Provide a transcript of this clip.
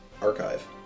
archive